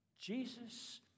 Jesus